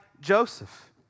Joseph